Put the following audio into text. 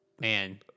man